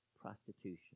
prostitution